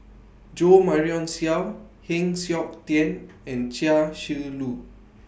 Jo Marion Seow Heng Siok Tian and Chia Shi Lu